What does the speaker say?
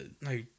No